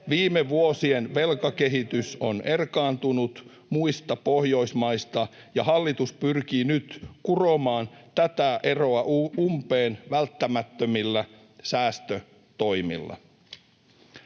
Viime vuosien velkakehitys on erkaantunut muista Pohjoismaista, ja hallitus pyrkii nyt kuromaan tätä eroa umpeen välttämättömillä säästötoimilla.